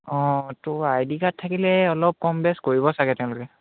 অঁ ত' I D card থাকিলে অলপ কম বেছ কৰিব চাগে তেওঁলোকে